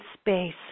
space